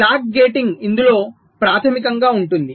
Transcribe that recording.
clock gating ఇందులో ప్రాథమికంగా ఉంటుంది